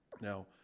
Now